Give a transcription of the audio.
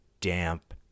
damp